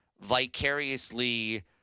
vicariously